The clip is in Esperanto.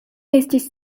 estis